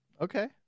okay